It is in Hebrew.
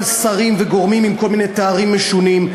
שרים וגורמים עם כל מיני תארים משונים.